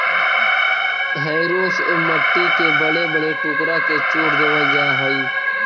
harrow से मट्टी के बड़े बड़े टुकड़ा के चूर देवल जा हई